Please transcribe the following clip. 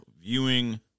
viewing